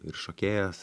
ir šokėjas